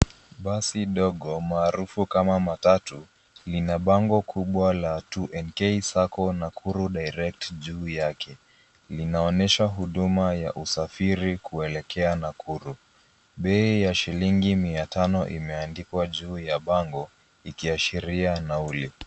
Basi dogo maarufu kama matatu, ina bango kubwa la 2NK SACCO Nakuru Direct juu yake, linaonyesha huduma ya usafiri kuelekea Nakuru. Bei ya shillingi mia tano imeandikwa juu ya bango ikiashiria nauli.